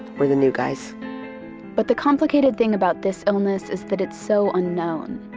we're the new guys but the complicated thing about this illness is that it's so unknown.